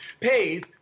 pays